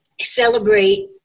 celebrate